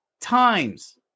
times